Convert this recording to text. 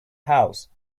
house